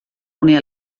unir